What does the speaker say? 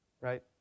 right